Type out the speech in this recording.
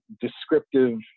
descriptive